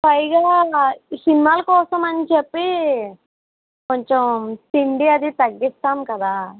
పైగా సినిమాలు కోసం అని చెప్పి కొంచెం తిండి అవి తగ్గిస్తాం కదా